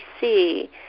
see